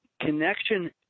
connection